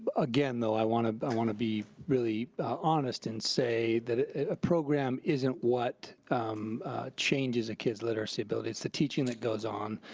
again, though, i wanna but i wanna be really honest and say that a program isn't what changes a kid's literacy building, it's the teaching that goes on.